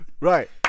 Right